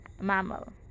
Mammal